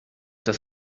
das